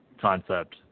concept